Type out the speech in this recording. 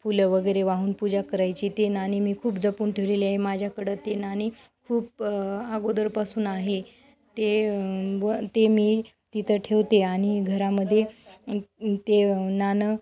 फुलं वगैरे वाहून पूजा करायची ती नाणी मी खूप जपून ठेवलेले आहे माझ्याकडे ती नाणी खूप अगोदरपासून आहे ते व ते मी तिथ ठेवते आणि घरामध्ये ते नाणं